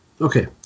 Okay